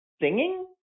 singing